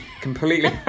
completely